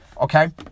okay